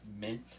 Mint